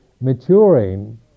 maturing